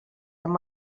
amb